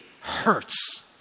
hurts